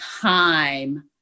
time